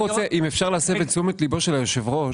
אני רק רוצה אם אפשר להסב את תשומת ליבו של היושב-ראש,